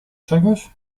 czegoś